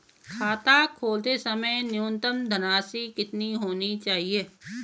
खाता खोलते समय न्यूनतम धनराशि कितनी होनी चाहिए?